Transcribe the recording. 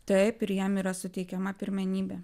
taip ir jiem yra suteikiama pirmenybė